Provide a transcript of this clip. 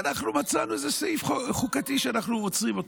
ואנחנו מצאנו איזה סעיף חוקתי שאנחנו עוצרים אותו.